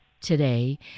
today